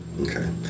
Okay